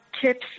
tips